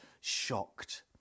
shocked